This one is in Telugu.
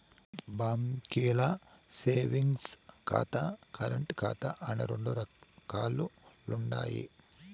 బాంకీల్ల సేవింగ్స్ ఖాతా, కరెంటు ఖాతా అని రెండు రకాలుండాయి